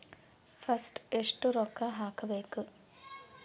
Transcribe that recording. First ಎಷ್ಟು ರೊಕ್ಕ ಹಾಕಬೇಕು?